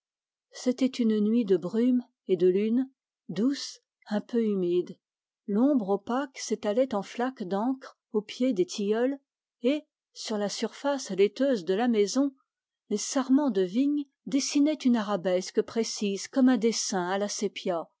c'était une nuit de brume et de lune douce un peu humide l'ombre s'étalait en flaque d'encre au pied des tilleuls et sur la surface laiteuse de la maison les sarments de vigne dessinaient une arabesque précise comme un dessin à la sépia